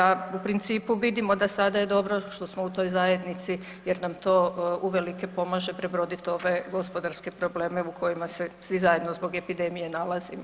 A u principu vidimo da sada je dobro što smo u toj zajednici jer nam to uvelike pomaže prebrodit ove gospodarske probleme u kojima se svi zajedno zbog epidemije nalazimo.